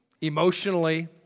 emotionally